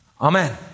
Amen